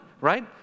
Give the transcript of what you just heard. right